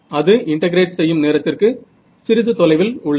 அது இன்டெகிரேட் செய்யும் நேரத்திற்கு சிறிது தொலைவில் உள்ளது